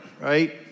right